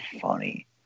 funny